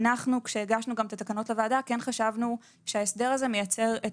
כשהגשנו את התקנות לוועדה כן חשבנו שההסדר הזה מייצר את